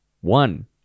one